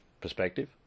perspective